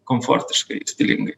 komfortiškai stilingai